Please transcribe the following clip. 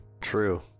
True